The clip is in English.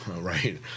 Right